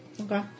okay